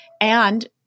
And-